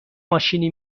ماشینی